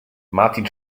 martin